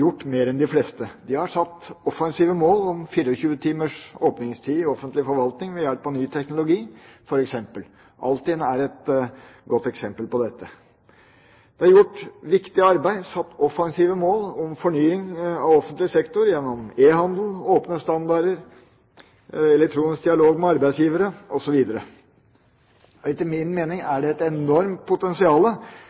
gjort mer enn de fleste. De har satt offensive mål om 24 timers åpningstid i offentlig forvaltning ved hjelp av f.eks. ny teknologi. Altinn er et godt eksempel på dette. Det er gjort et viktig arbeid og satt offensive mål for fornying av offentlig sektor gjennom e-handel, åpne standarder, elektronisk dialog med arbeidsgivere osv. Etter min mening er det et enormt